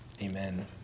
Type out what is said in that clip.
amen